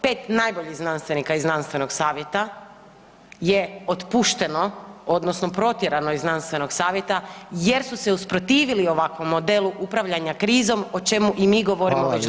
5 najboljih znanstvenika iz znanstvenog savjeta je otpušteno odnosno protjerano iz znanstvenog savjeta jer su se usprotivili ovakvom modelu upravljanja krizom o čemu i mi govorimo već [[Upadica: Hvala lijepa.]] dva mjeseca.